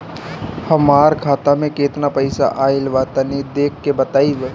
हमार खाता मे केतना पईसा आइल बा तनि देख के बतईब?